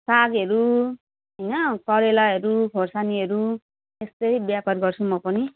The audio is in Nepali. सागहरू होइन करेलाहरू खोर्सानीहरू यस्तै व्यापार गर्छु म पनि